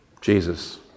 Jesus